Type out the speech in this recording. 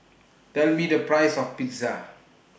Tell Me The Price of Pizza